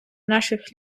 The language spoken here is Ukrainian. наших